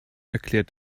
erklärt